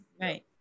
right